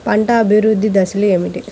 పంట అభివృద్ధి దశలు ఏమిటి?